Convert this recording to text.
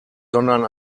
sondern